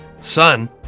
Son